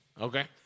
Okay